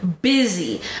busy